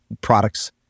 products